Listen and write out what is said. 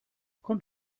kommt